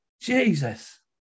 Jesus